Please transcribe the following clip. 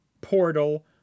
portal